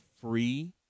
free